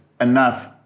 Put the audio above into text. enough